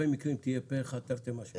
לפעמים בהרבה מקרים אתה תהיה פה אחד תרתי משמע.